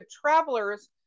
travelers